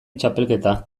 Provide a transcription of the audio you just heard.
txapelketa